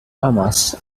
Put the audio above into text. amas